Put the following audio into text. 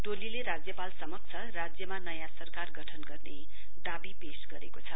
टोलीले राज्यपाल समक्ष राज्यमा नयाँ सरकार गठन गर्ने दावी पेश गरेको छ